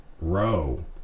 Row